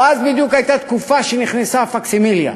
אז בדיוק הייתה תקופה שנכנסה הפקסימיליה.